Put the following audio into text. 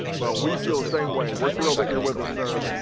well we feel the same way. we are thrilled that you are with us sir.